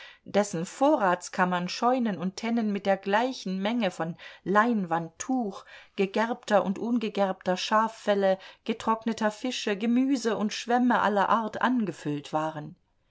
dessen vorratskammern scheunen und tennen mit der gleichen menge von leinwand tuch gegerbter und ungegerbter schaffelle getrockneter fische gemüse und schwämme aller art angefüllt waren